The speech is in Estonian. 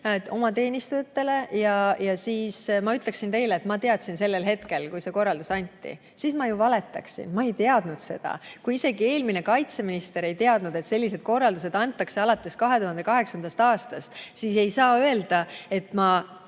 oma teenistujatele, siis ma teadsin seda sellel hetkel, kui see korraldus anti? Siis ma ju valetaksin, ma ei teadnud seda. Kui isegi eelmine kaitseminister ei teadnud, et selliseid korraldusi antakse alates 2008. aastast, siis ei saa ma öelda, et ma